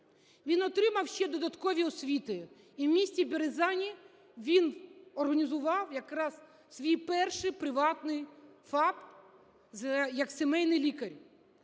Він отримав ще додаткові освіти, і в місті Березані він організував якраз свій перший приватний фап як сімейний лікар.